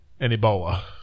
Ebola